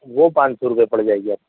وہ پانچ سو روپے پڑ جائے گی آپ کو